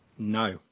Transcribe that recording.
No